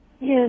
Yes